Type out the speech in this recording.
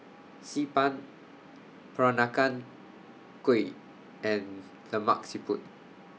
Xi Ban Peranakan Kueh and Lemak Siput